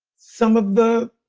some of the